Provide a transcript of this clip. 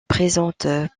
présente